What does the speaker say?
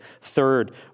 Third